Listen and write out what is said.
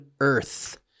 earth